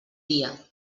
dia